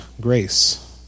grace